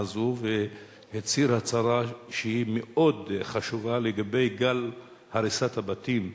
הזאת והצהיר הצהרה מאוד חשובה לגבי גל הריסת הבתים,